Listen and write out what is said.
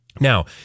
Now